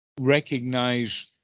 recognize